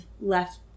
left